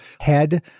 head